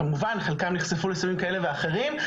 כמובן חלקם נחשפו לסמים כאלה ואחרים,